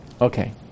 Okay